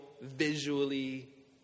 visually